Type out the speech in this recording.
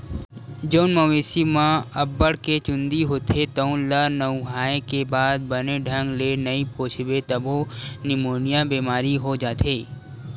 जउन मवेशी म अब्बड़ के चूंदी होथे तउन ल नहुवाए के बाद बने ढंग ले नइ पोछबे तभो निमोनिया बेमारी हो जाथे